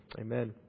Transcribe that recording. Amen